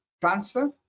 transfer